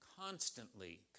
constantly